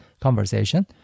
conversation